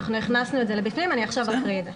אנחנו הכנסנו את זה פנימה, אני עכשיו אקריא את זה.